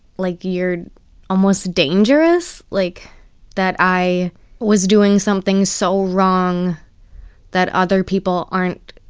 like you're almost dangerous like that i was doing something so wrong that other people aren't